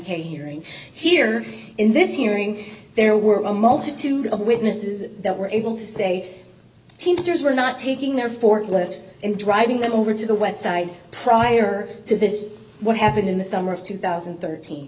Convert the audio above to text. k hearing here in this hearing there were a multitude of witnesses that were able to say teenagers were not taking their forklifts and driving them over to the web site prior to this what happened in the summer of two thousand and thirteen th